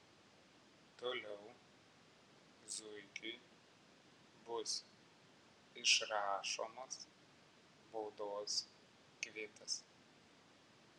toliau zuikiui bus išrašomas baudos kvitas